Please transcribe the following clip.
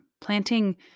planting